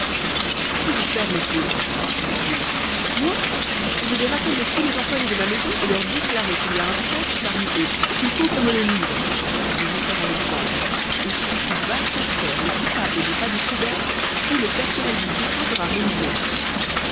qu'allez-vous faire monsieur dit-il moi je vais rassembler tous les employés de ma maison et leur déclarer qu'il y a un traître parmi eux et qu'il faut qu'on me le livre je veux faire un exemple et si d'ici vingt-quatre heures le coupable n'est pas découvert tout le personnel du dépôt sera renouvelé